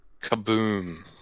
Kaboom